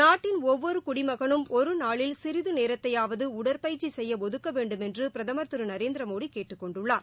நாட்டின் ஒவ்வொரு குடிமகனும் ஒரு நாளில் சிறிது நேரத்தைபாவது உடற்பயிற்சி செய்ய ஒதுக்க வேண்டுமென்று பிரதம் திரு நரேந்திரமோடி கேட்டுக் கொண்டுள்ளார்